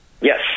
Yes